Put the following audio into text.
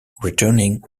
returning